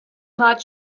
not